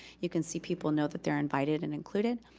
you can see people know that they're invited and included.